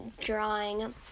drawing